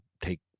take